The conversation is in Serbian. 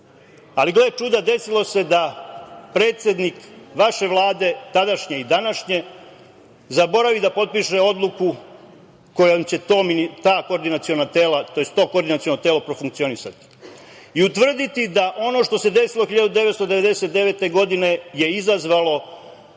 ali, gle čuda, desilo se da predsednik vaše Vlade, tadašnje i današnje, zaboravi da potpiše odluku kojom će to koordinaciono telo profunkcionisati i utvrditi da ono što se desilo 1999. godine, je izazvalo